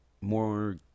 more